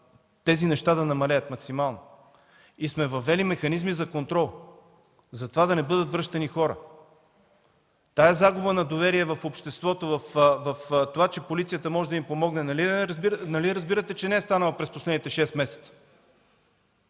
тези неща да намалеят максимално. Въвели сме механизми за контрол да не бъдат връщани хора. Тази загуба на доверие в обществото, че полицията може да им помогне, нали разбирате, че не е станала през последните 6 месеца?!